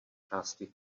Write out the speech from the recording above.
části